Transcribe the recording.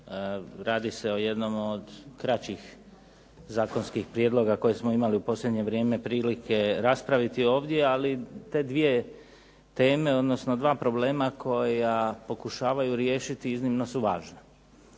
Radi se o jednom od kraćih zakonskih prijedloga koje smo imali posljednje vrijeme prilike raspraviti ovdje. Ali te dvije teme, odnosno dva problema koja pokušavaju riješiti iznimno su važna.